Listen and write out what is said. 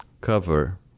cover